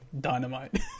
dynamite